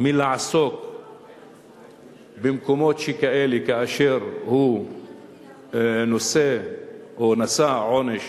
מלעסוק במקומות שכאלה כאשר הוא נושא או נשא עונש